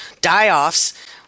die-offs